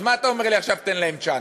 אז מה אתה אומר לי עכשיו: תן להם צ'אנס?